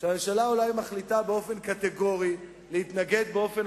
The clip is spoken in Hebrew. שהממשלה אולי מחליטה באופן קטגורי להתנגד באופן